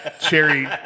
cherry